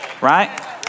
right